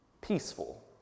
Peaceful